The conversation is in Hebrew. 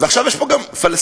ועכשיו יש פה גם פלסטינים.